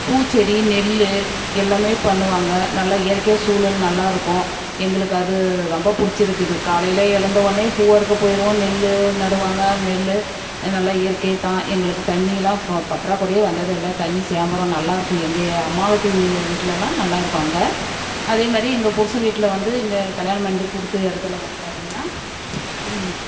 பூச்செடி நெல் எல்லாமே பண்ணுவாங்க நல்லா இயற்கையாக சூழல் நல்லாயிருக்கும் எங்களுக்கு அது ரொம்ப பிடிச்சிருக்குது காலையில் எழுந்தவுன்னே பூ அறுக்க போயிடுவோம் நெல் நடுவாங்க நெல் நல்லா இயற்கைதான் எங்களுக்கு தண்ணியெலாம் ப பற்றாக்குறையே வந்ததில்லை தண்ணி சேம்பரம் நல்லா இருக்குது எங்கள் அம்மா வீட்டு வீட்லெலாம் நல்லாயிருக்கும் அங்கே அதே மாதிரி எங்கள் புருஷன் வீட்டில் வந்து இங்கே கல்யாணம் பண்ணிவிட்டு கொடுத்த இடத்துல வந்து பார்த்தீங்கன்னா